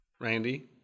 Randy